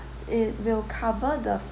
it will cover the